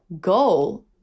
goal